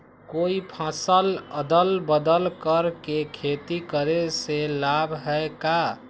कोई फसल अदल बदल कर के खेती करे से लाभ है का?